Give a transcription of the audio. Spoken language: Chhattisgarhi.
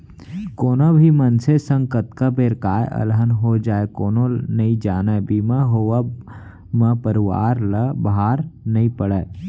कोनो भी मनसे संग कतका बेर काय अलहन हो जाय कोनो नइ जानय बीमा होवब म परवार ल भार नइ पड़य